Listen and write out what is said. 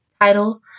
title